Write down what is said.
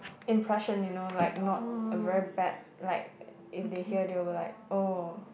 impression you know like not a very bad like if they hear they will be like oh